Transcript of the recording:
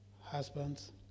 Husbands